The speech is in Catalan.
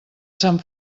sant